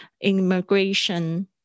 immigration